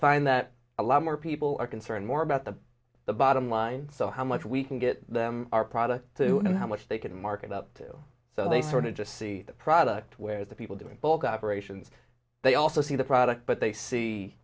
find that a lot more people are concerned more about the bottom line so how much we can get our product through and how much they can market out so they sort of just see the product whereas the people doing bulk operations they also see the product but they see